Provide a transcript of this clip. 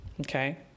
okay